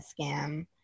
scam